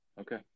Okay